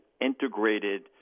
integrated